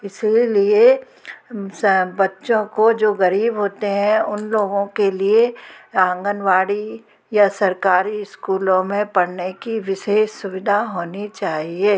इसलिए बच्चों को जो गरीब होते हैं उन लोगों के लिए आंगनवाड़ी या सरकारी इस्कूलों में पढ़ने की विशेष सुविधा होनी चाहिए